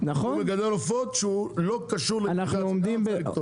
מגדל עופות שהוא לא קשור לאינטגרציה.